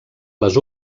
les